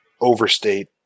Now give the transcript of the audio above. overstate